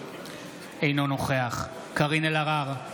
אינו נוכח קארין אלהרר,